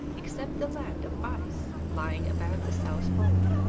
except the land of ice lying about the south pole.